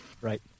Right